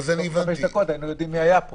ותוך חמש דקות היינו יודעים מי היה פה.